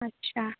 আচ্ছা